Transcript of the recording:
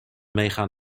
meegaan